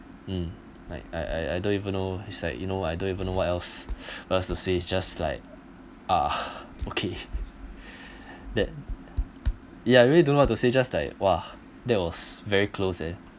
mm like I I don't even know is like you know I don't even know what else what else to say just like ah okay then ya really don't know what to say just like !wah! that was very close eh